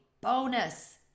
bonus